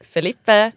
Felipe